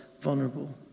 vulnerable